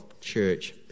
church